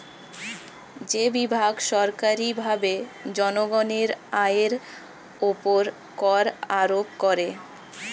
যে বিভাগ সরকারীভাবে জনগণের আয়ের উপর কর আরোপ করে